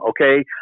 okay